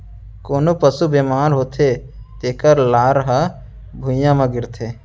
कोनों पसु बेमार होथे तेकर लार ह भुइयां म गिरथे